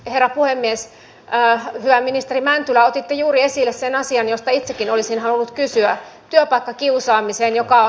herra puhemies ja pääministeri mäntylä otitte juuri esille sen asian josta itsekin olisin halunnut kysyä jopa kiusaamiseen joka